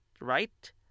right